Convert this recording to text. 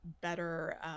better